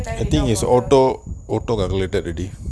the thing is auto auto calculated already